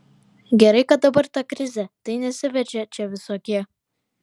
gerai kad dabar ta krizė tai nesiveržia čia visokie